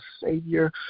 Savior